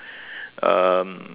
um